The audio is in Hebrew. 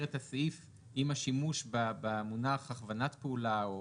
כלומר הסמכות הזו חלה רק על